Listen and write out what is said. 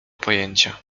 pojęcia